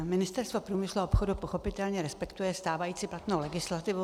Ministerstvo průmyslu a obchodu pochopitelně respektuje stávající platnou legislativu.